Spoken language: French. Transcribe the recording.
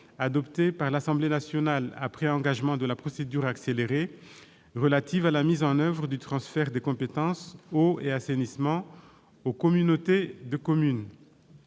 adoptée par l'Assemblée nationale après engagement de la procédure accélérée, relative à la mise en oeuvre du transfert des compétences eau et assainissement aux communautés de communes